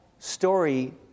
story